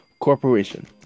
corporation